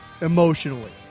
emotionally